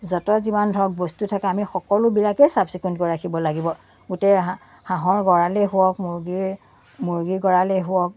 য'ত যিমান ধৰক বস্তু থাকে আমি সকলোবিলাকেই চাফ চিকুণকৈ ৰাখিব লাগিব গোটেই হা হাঁহৰ গঁড়ালেই হওক মুৰ্গীৰ মুৰ্গীৰ গঁড়ালেই হওক